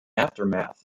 aftermath